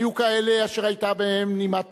היו כאלה אשר היתה בהם נימת תוכחה.